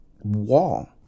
wall